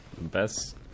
Best